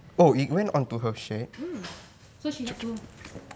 mm so she have to